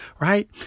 Right